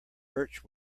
birch